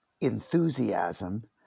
enthusiasm